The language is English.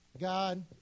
God